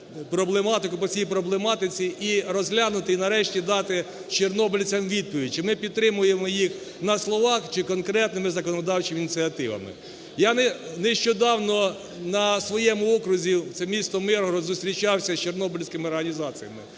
проблематику, по цій проблематиці, і розглянути і нарешті дати чорнобильцям відповідь, чи ми підтримуємо їх на словах, чи конкретними законодавчими ініціативами. Я нещодавно на своєму окрузі - це місто Миргород, - зустрічався з чорнобильськими організаціями.